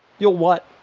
you'll what?